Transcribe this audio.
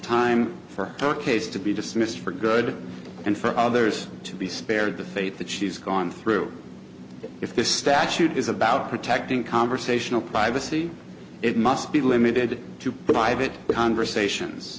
time for turkeys to be dismissed for good and for others to be spared the fate that she's gone through if this statute is about protecting conversational privacy it must be limited to private conversations